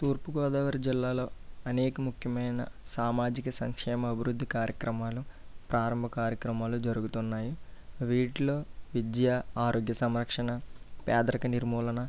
తూర్పుగోదావరి జిల్లాలో అనేక ముఖ్యమైన సామాజిక సంక్షేమ అభివృద్ధి కార్యక్రమాలు ప్రారంభ కార్యక్రమాలు జరుగుతున్నాయి వీటిలో విద్యా ఆరోగ్య సంరక్షణ పేదరిక నిర్మూలన